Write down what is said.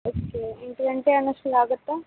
ಎಷ್ಟು ಎಂಟು ಗಂಟೆ ಅನ್ನೋ ಅಷ್ಟ್ರಲ್ಲಿ ಆಗುತ್ತಾ